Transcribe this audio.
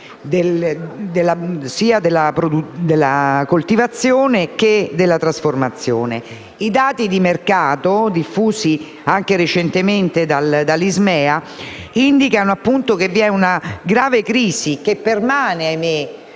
sia della coltivazione, che della trasformazione. I dati di mercato diffusi anche recentemente dall'Ismea indicano che vi è una grave crisi di redditività